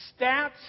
Stats